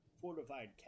fortified